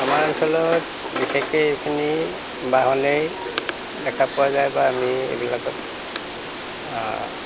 আমাৰ অঞ্চলত বিশেষকৈ এইখিনি বাহনেই দেখা পোৱা যায় বা আমি এইবিলাকত